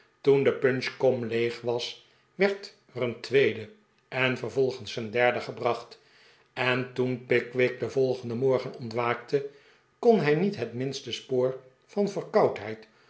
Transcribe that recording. toen de punchkom leeg was werd er een tweede en vervolgens een derde gebracht en toen pickwick den volgenden morgen ontwaakte kon hij niet het minste spoor van verkoudheid